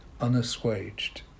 unassuaged